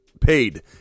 paid